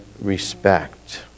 respect